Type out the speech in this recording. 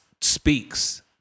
speaks